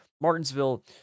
Martinsville